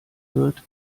wird